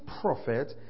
prophet